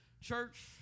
Church